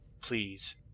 Please